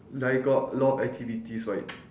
like got a lot of activities right